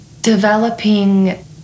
developing